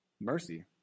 Mercy